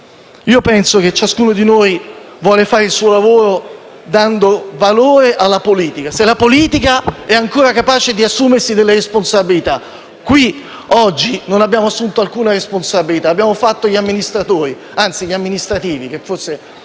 Penso che ciascuno di noi voglia fare il proprio lavoro dando valore alla politica, se la politica è ancora capace di assumersi delle responsabilità. Qui, oggi, non abbiamo assunto alcuna responsabilità, abbiamo fatto gli amministratori, anzi gli amministrativi, che forse